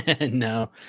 No